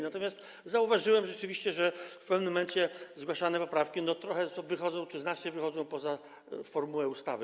Natomiast zauważyłem rzeczywiście, że w pewnym momencie zgłaszane poprawki trochę wychodzą czy znacznie wychodzą poza formułę ustawy.